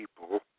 people